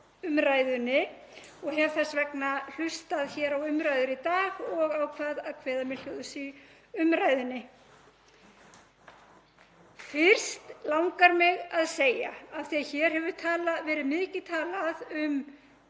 umræðunni og hef þess vegna hlustað á umræðurnar í dag og ákvað að kveðja mér hljóðs. Fyrst langar mig, af því að hér hefur verið mikið talað um